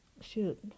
shoot